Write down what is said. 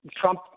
Trump